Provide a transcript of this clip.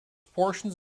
portions